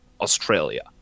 Australia